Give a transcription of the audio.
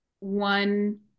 one